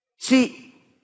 See